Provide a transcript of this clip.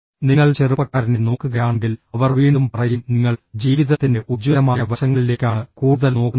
നിങ്ങൾ ചെറുപ്പക്കാരനെ നോക്കുകയാണെങ്കിൽ അവർ വീണ്ടും പറയും നിങ്ങൾ ജീവിതത്തിന്റെ ഉജ്ജ്വലമായ വശങ്ങളിലേക്കാണ് കൂടുതൽ നോക്കുന്നതെന്ന്